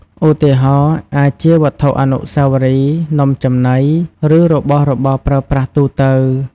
ឧទាហរណ៍ អាចជាវត្ថុអនុស្សាវរីយ៍ នំចំណី ឬរបស់របរប្រើប្រាស់ទូទៅ។